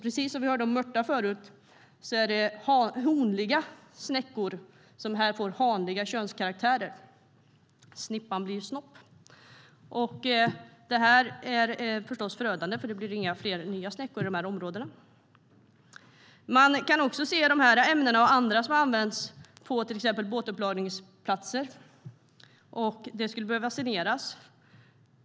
Precis som vi hörde om mörtar är det honliga snäckor som får hanliga könskaraktärer. Snippan blir snopp! Det här är förstås förödande, för då blir det inga fler nya snäckor i de här områdena. Man kan också se de här ämnena - och andra som använts - på till exempel båtuppläggningsplatser. Där skulle det behöva saneras.